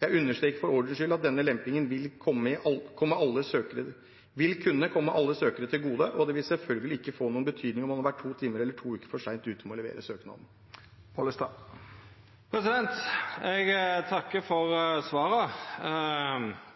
Jeg understreker for ordens skyld at denne lempingen vil kunne komme alle søkere til gode, og det vil selvfølgelig ikke få noen betydning om man har vært to timer eller to uker for sent ute med å levere søknaden. Eg takkar for svaret.